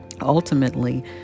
Ultimately